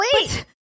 wait